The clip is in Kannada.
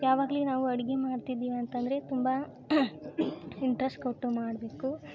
ಯಾವಾಗ್ಲೂ ನಾವು ಅಡ್ಗೆ ಮಾಡ್ತಿದೀವಿ ಅಂತಂದರೆ ತುಂಬ ಇಂಟ್ರೆಸ್ ಕೊಟ್ಟು ಮಾಡಬೇಕು